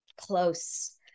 close